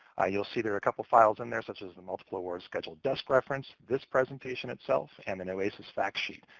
you'll see there are a couple of files in there such as the multiple award schedule desk reference, this presentation itself, and an oasis fact sheet.